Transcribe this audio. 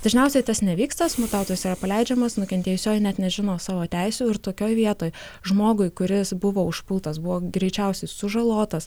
dažniausiai tas nevyksta smurtautojas yra paleidžiamas nukentėjusioji net nežino savo teisių ir tokioj vietoj žmogui kuris buvo užpultas buvo greičiausiai sužalotas